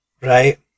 Right